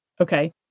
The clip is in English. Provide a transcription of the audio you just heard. Okay